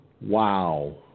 Wow